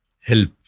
help